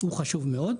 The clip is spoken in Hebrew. הוא חשוב מאוד.